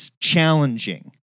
challenging